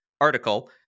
article